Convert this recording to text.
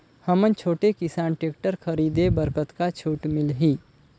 हमन छोटे किसान टेक्टर खरीदे बर कतका छूट मिलही?